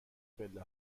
پله